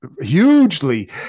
hugely